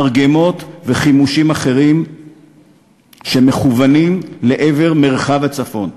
מרגמות וחימושים אחרים שמכוונים לעבר מרחב הצפון.